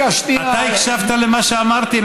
אני אומר, תקשיב רגע, אתה הקשבת למה שאמרתי?